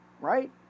right